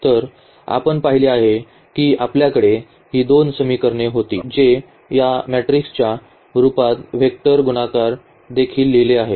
तर आपण पाहिले आहे की आपल्याकडे ही दोन समीकरणे होती जे या मॅट्रिक्सच्या रूपात वेक्टर गुणाकार देखील लिहिले आहेत